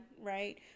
right